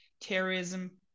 terrorism